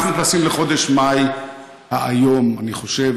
אנחנו נכנסים לחודש מאי האיום, אני חושב.